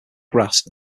grass